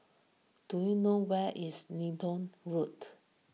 do you know where is Leedon Road